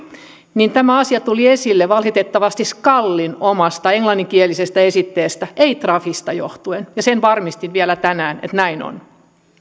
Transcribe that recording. tämä asia tuli esille valitettavasti skalin omasta englanninkielisestä esitteestä ei trafista johtuen sen varmistin vielä tänään että näin on